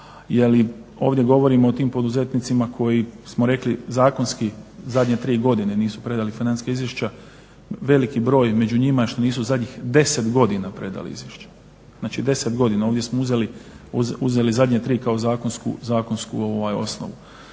jer ovdje govorimo o tim poduzetnicima koji smo rekli zakonski zadnje tri godine nisu predali financijska izvješća. Veliki broj među njima je što nisu zadnjih 10 godina predali izvješća. Znači, 10 godina. Ovdje smo uzeli zadnje tri kao zakonsku osnovu.